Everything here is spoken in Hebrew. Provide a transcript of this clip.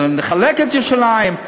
נחלק את ירושלים,